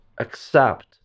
accept